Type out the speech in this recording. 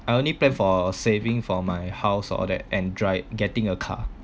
I only plan for saving for my house all that and drive getting a car